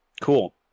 Cool